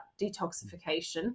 detoxification